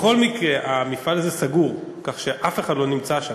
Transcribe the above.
בכל מקרה, המפעל הזה סגור, כך שאף אחד לא נמצא שם.